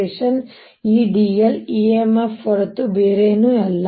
dl EMF ಹೊರತು ಬೇರೇನೂ ಅಲ್ಲ